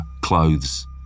clothes